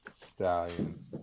stallion